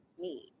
need